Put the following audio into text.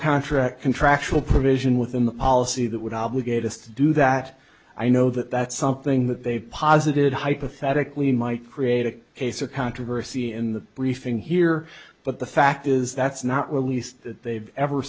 contract contractual provision within the policy that would obligate us to do that i know that that's something that they posited hypothetically might create a case or controversy in the briefing here but the fact is that's not released that they've ever